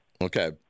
Okay